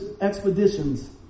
expeditions